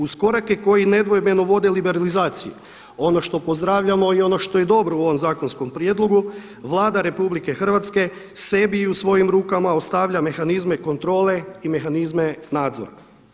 Uz korake koji nedvojbeno vode liberalizaciji ono što pozdravljamo i ono što je dobro u ovom zakonskom prijedlogu Vlada RH sebi i svojim rukama ostavlja mehanizme kontrole i mehanizme nadzora.